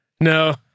No